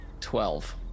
twelve